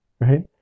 Right